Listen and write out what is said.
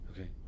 Okay